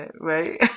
Right